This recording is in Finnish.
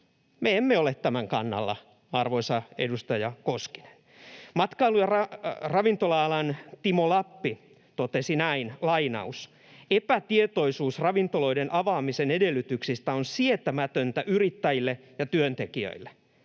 Me emme ole tämän kannalla, arvoisa edustaja Koskinen. Matkailu- ja ravintola-alan Timo Lappi totesi näin: ”Epätietoisuus ravintoloiden avaamisen edellytyksistä on sietämätöntä yrittäjille ja työntekijöille.